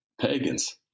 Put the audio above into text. pagans